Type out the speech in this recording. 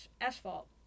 asphalt